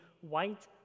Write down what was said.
white